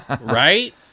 Right